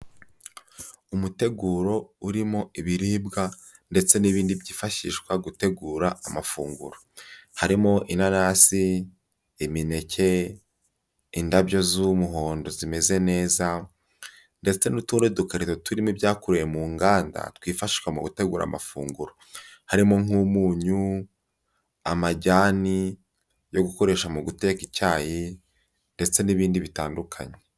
Umuteguro urimo ibiribwa ndetse n'ibindi byifashishwa gutegura amafunguro, harimo inanasi, imineke, indabyo z'umuhondo zimeze neza ndetse n'utundi dukarito turimo ibyakorewe mu nganda twifashishwa mu gutegura amafunguro, harimo nk'umunyu, amajyani yo gukoresha mu guteka icyayi ndetse n'ibindi bitandukanye.